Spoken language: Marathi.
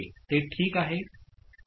ते ठिक आहे